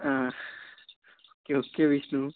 okay okay Vishnu